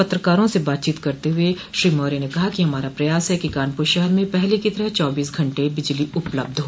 पत्रकारों से बातचीत करते हुए श्री मौर्य ने कहा कि हमारा प्रयास है कि कानपूर शहर में पहले की तरह चौबीस घंटे बिजली उपलब्ध हो